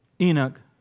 Enoch